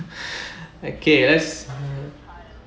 I guess